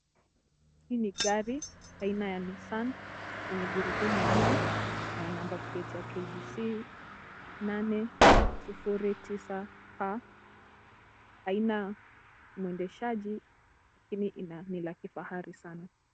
Hii ni gari aina ya Nissan yenye gurudumu nne na number plate ya KDC 809 A . Haina mwendeshaji lakini ni la kifahari sana.